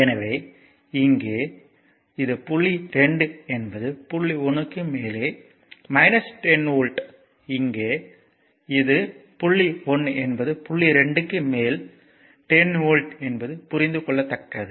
எனவே இங்கே இது புள்ளி 2 என்பது புள்ளி 1 க்கு மேலே 10 வோல்ட் இங்கே இது புள்ளி 1 என்பது புள்ளி 2 க்கு மேல் 10 வோல்ட் என்பது புரிந்து கொள்ளத்தக்கது